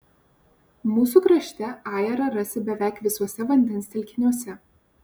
mūsų krašte ajerą rasi beveik visuose vandens telkiniuose